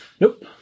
Nope